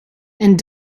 and